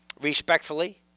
respectfully